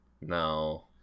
no